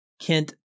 Kent